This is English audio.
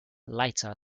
lighter